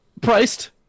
Priced